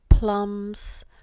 plums